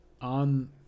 on